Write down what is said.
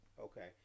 Okay